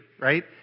right